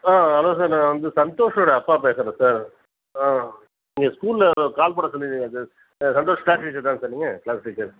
ஆ hello sir நான் வந்து சந்தோஷோட அப்பா பேசுகிறேன் சார் ஆ நீங்கள் ஸ்கூலில் கால் பண்ண சொல்லிருந்தீங்க சார் ஆ சந்தோஷ் க்ளாஸ் டீச்சர் தானே சார் நீங்கள் க்ளாஸ் டீச்சர்